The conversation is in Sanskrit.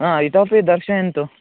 ह इतोपि दर्शयन्तु